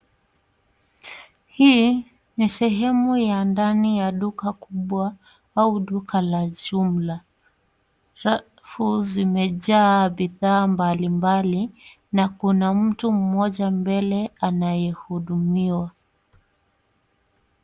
Hii ni sehemu ya ndani ya duka kubwa au duka la jumla. Rafu zimejaa bidhaa mbali mbali na Kuna mtu mmoja mbele anayehudumiwa.